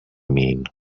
mean